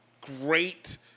great